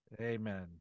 Amen